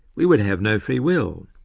we would have no free will,